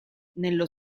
nello